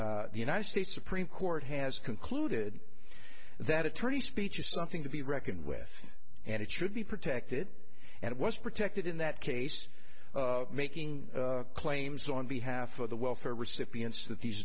the united states supreme court has concluded that attorney speech is something to be reckoned with and it should be protected and it was protected in that case making claims on behalf of the welfare recipients that these